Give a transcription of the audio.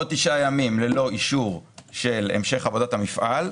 עוד תשעה ימים ללא אישור של המשך עבודת המפעל,